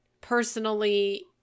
personally